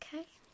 Okay